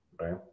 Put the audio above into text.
right